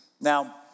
Now